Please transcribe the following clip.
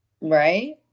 Right